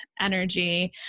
energy